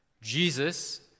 Jesus